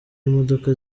imodoka